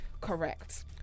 Correct